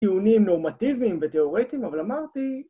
‫טיעונים נורמטיביים ותאורטיים, ‫אבל אמרתי...